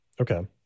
Okay